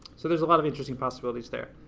so there's a lot of interesting possibilities there.